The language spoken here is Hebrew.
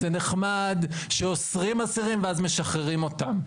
זה נחמד שאוסרים אסירים ואז משחררים אותם,